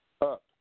up